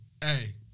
Hey